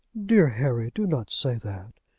dear harry, do not say that.